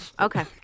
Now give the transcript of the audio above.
Okay